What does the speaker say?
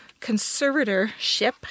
conservatorship